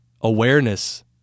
awareness